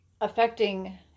affecting